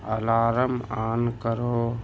alarm on کرو